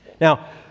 Now